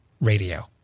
RADIO